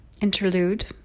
interlude